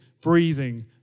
breathing